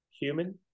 human